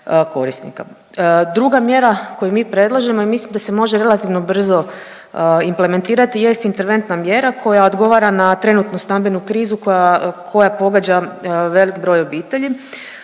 Druga mjera koju mi predlažemo, ja mislim da se može relativno brzo implementirati, jest interventna mjera koja odgovara na trenutno stambenu krizu koja, koja pogađa velik broj obitelji